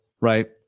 right